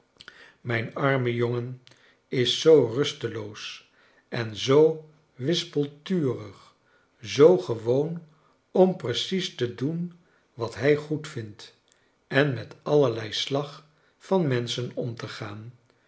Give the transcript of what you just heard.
mijn arme jongen is zoo rusteloos en zoo wispelturig zoo gewoon om precies te doen wat hij goedvindt en met allerlei slag van mens c hen om te gaan